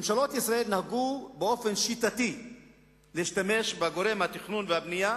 ממשלות ישראל נהגו באופן שיטתי להשתמש בגורם התכנון והבנייה